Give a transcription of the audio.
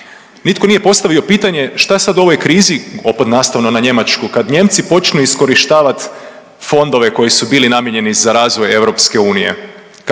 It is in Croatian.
Nitko nije postavio pitanje šta sad u ovoj krizi, opet nastavno na Njemačku, kad Nijemci počnu iskorištavati fondove koji su bili namijenjeni za razvoj EU,